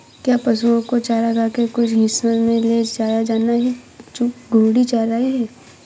क्या पशुओं को चारागाह के कुछ हिस्सों में ले जाया जाना ही घूर्णी चराई है?